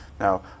Now